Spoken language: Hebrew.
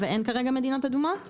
ואין כרגע מדינות אדומות,